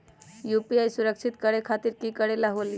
UPI सुरक्षित करे खातिर कि करे के होलि?